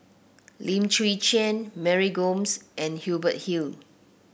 Lim Chwee Chian Mary Gomes and Hubert Hill